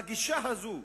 בגישה הזאת,